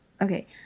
okay